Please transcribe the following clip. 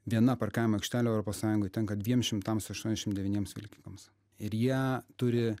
viena parkavimo aikštelių europos sąjungoj tenka dviem šimtams aštuoniasdešim devyniems vilkikams ir jie turi